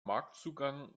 marktzugang